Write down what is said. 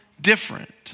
different